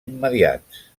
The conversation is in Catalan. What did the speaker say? immediats